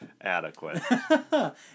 adequate